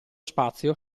spazio